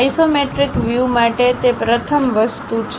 isometric view માટે તે પ્રથમ વસ્તુ છે